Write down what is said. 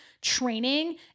training